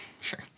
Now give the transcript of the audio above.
sure